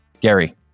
Gary